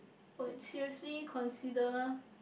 I would seriously consider